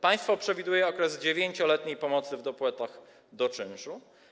Państwo przewiduje okres 9-letniej pomocy w dopłatach do czynszu.